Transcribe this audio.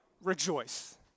Rejoice